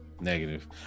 Negative